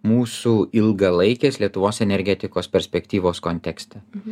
mūsų ilgalaikės lietuvos energetikos perspektyvos kontekste